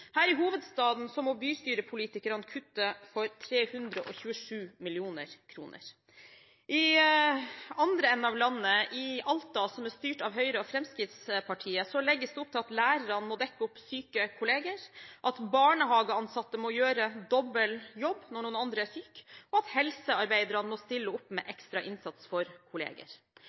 Her i hovedstaden må bystyrepolitikerne kutte for 327 mill. kr. I den andre enden av landet, i Alta, som er styrt av Høyre og Fremskrittspartiet, legges det opp til at lærerne må dekke opp for syke kolleger, at barnehageansatte må gjøre dobbel jobb når andre er syke, og at helsearbeiderne må stille opp med ekstra innsats for kolleger.